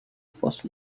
fosses